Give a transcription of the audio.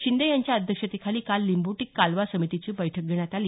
शिंदे यांच्या अध्यक्षतेखाली काल लिंबोटी कालवा समितीची बैठक घेण्यात आली